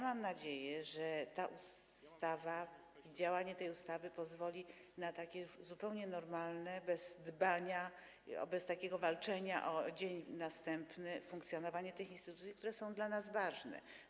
Mam nadzieję, że ta ustawa, działanie tej ustawy pozwoli na takie już zupełnie normalne, bez dbania, bez takiego walczenia o dzień następny, funkcjonowanie tych instytucji, które są dla nas ważne.